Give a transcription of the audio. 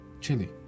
chili